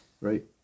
right